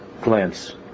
glance